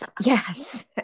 Yes